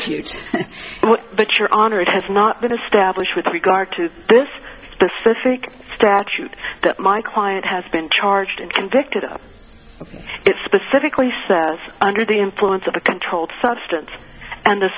huge but your honor it has not been established with regard to this specific statute that my client has been charged and convicted of it specifically says under the influence of a controlled substance and the